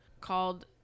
called